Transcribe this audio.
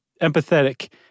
empathetic